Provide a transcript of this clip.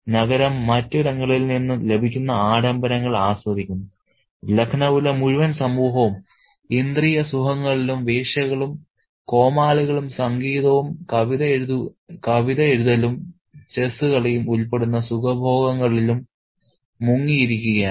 നഗരം മറ്റിടങ്ങളിൽ നിന്ന് ലഭിക്കുന്ന ആഡംബരങ്ങൾ ആസ്വദിക്കുന്നു ലഖ്നൌവിലെ മുഴുവൻ സമൂഹവും ഇന്ദ്രിയസുഖങ്ങളിലും വേശ്യകളും കോമാളികളും സംഗീതവും കവിതയെഴുതലും ചെസ്സ് കളിയും ഉൾപ്പെടുന്ന സുഖഭോഗങ്ങളിലും മുങ്ങിയിരിക്കുകയാണ്